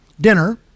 dinner